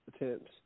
attempts